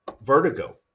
vertigo